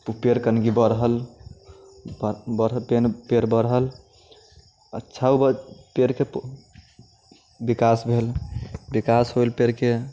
पेड़ कनिके बढ़ल बढ़ल पेड़ बढ़ल अच्छा ओकर पेड़के विकास भेल विकास होल पेड़के